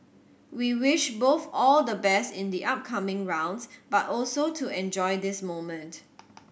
we wish both all the best in the upcoming rounds but also to enjoy this moment